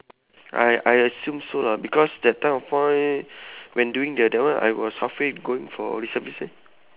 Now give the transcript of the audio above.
I I assume so lah because that time of all when doing that that one I was half way going for reservist eh